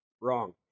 wrong